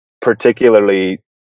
particularly